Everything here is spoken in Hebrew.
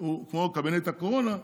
כמו קבינט הקורונה,